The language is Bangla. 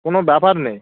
কোনো ব্যাপার নেই